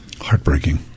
heartbreaking